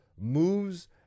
moves